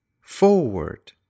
forward